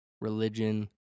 religion